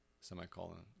Semicolon